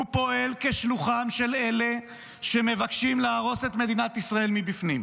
הוא פועל כשלוחם של אלה שמבקשים להרוס את מדינת ישראל מבפנים.